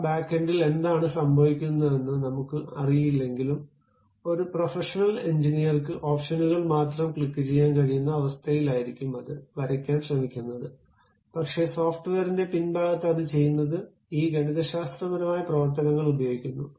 ആ ബാക്കെൻഡിൽ എന്താണ് സംഭവിക്കുന്നതെന്ന് നമുക്ക് അറിയില്ലെങ്കിലും ഒരു പ്രൊഫഷണൽ എഞ്ചിനീയർക്ക് ഓപ്ഷനുകൾ മാത്രം ക്ലിക്കുചെയ്യാൻ കഴിയുന്ന അവസ്ഥയിലായിരിക്കും അത് വരയ്ക്കാൻ ശ്രമിക്കുന്നത് പക്ഷേ സോഫ്റ്റ്വെയറിന്റെ പിൻഭാഗത്ത് അത് ചെയ്യുന്നത് ഈ ഗണിതശാസ്ത്രപരമായ പ്രവർത്തനങ്ങൾ ഉപയോഗിക്കുന്നു